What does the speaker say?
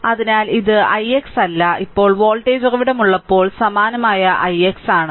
അതിനാൽ ഇത് ix അല്ല ഇപ്പോൾ വോൾട്ടേജ് ഉറവിടം ഉള്ളപ്പോൾ സമാനമായി ix 'ആണ്